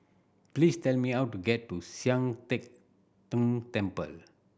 please tell me how to get to Sian Teck Tng Temple